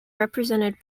represented